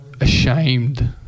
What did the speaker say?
ashamed